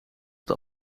het